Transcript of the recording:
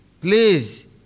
please